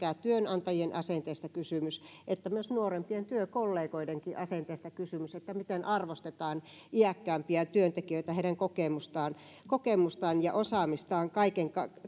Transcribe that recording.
työnantajien asenteista kysymys että nuorempien työkollegoidenkin asenteista kysymys että miten arvostetaan iäkkäämpiä työntekijöitä heidän kokemustaan kokemustaan ja osaamistaan kaiken